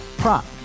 Prop